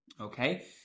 Okay